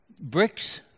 bricks